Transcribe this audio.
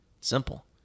Simple